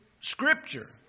Scripture